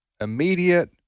immediate